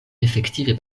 efektive